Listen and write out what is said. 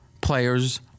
players